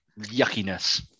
yuckiness